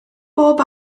bob